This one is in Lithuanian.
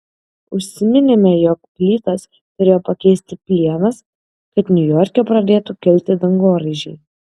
užsiminėme jog plytas turėjo pakeisti plienas kad niujorke pradėtų kilti dangoraižiai